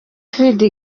vidi